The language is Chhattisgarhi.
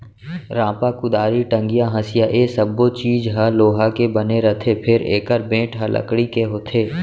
रांपा, कुदारी, टंगिया, हँसिया ए सब्बो चीज ह लोहा के बने रथे फेर एकर बेंट ह लकड़ी के होथे